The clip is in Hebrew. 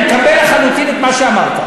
אני מקבל לחלוטין את מה שאמרת.